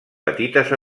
petites